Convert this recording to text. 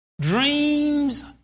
Dreams